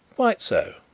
quite so,